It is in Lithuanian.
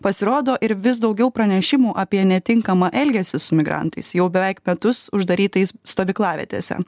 pasirodo ir vis daugiau pranešimų apie netinkamą elgesį su migrantais jau beveik metus uždarytais stovyklavietėse